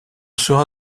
sera